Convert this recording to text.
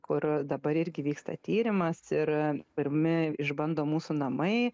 kur dabar irgi vyksta tyrimas ir pirmi išbando mūsų namai